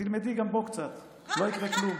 ותלמדי גם בו קצת, לא יקרה כלום.